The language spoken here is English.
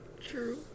True